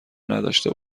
نداشته